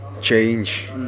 change